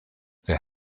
wer